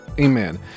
Amen